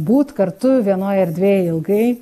būt kartu vienoj erdvėj ilgai